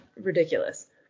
ridiculous